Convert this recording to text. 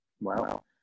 Wow